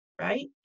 right